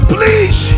Please